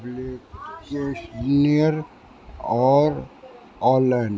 بلٹیشینئر اور آل این